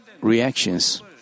reactions